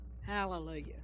Hallelujah